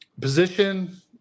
position